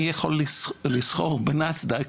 אני יכול לסחור בנסד"ק